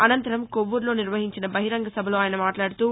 అనంతరం కొవ్వూరులో నిర్వహించిన బహిరంగ సభలో ఆయన మాట్లాడుతూ